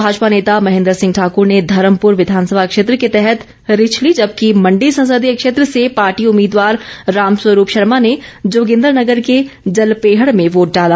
भाजपा नेता महेन्द्र सिंह ठाकर ने धर्मप्र विधानसभा क्षेत्र के तहत रिछली जबकि मंडी संसदीय क्षेत्र से पार्टी उम्मीदवार रामस्वरूप शर्मा ने जोगिन्द्रनगर के जलपेहड में वोट डाला